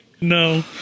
No